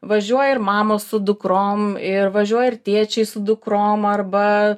važiuoja ir mamos su dukrom ir važiuoja ir tėčiai su dukrom arba